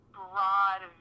broad